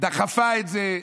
דחפה את זה,